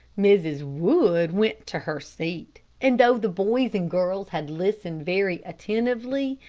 mrs. wood went to her seat, and though the boys and girls had listened very attentively,